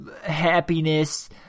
happiness